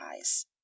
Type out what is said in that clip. eyes